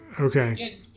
Okay